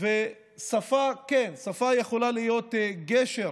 שפה יכולה להיות גשר